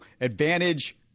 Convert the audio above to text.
advantage